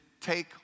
take